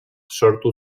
sortu